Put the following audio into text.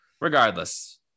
regardless